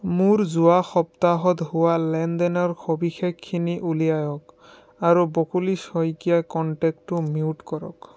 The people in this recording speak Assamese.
মোৰ যোৱা সপ্তাহত হোৱা লেনদেনৰ সবিশেষখিনি উলিয়াওক আৰু বকুলী শইকীয়া কণ্টেক্টটো মিউট কৰক